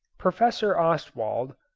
professor ostwald,